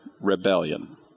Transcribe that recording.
rebellion